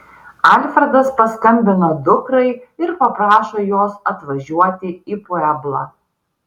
alfredas paskambina dukrai ir paprašo jos atvažiuoti į pueblą